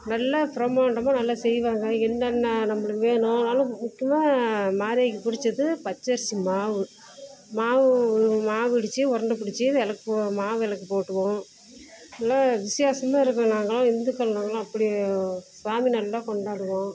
நல்லா பிரம்மாண்டமாக நல்லா செய்வாங்க என்னென்ன நம்மளுக்கு வேணும்னாலும் முக்கியமாக மாரியாயிக்கு பிடிச்சது பச்சரிசி மாவு மாவு மாவு இடித்து உருண்டை பிடிச்சு விளக்கு மாவிளக்கு போடுவோம் நல்லா விசேஷமாக இருக்கும் நாங்கள்லாம் இந்துக்கள் நாங்கள்லாம் அப்படி சாமி நல்லா கொண்டாடுவோம்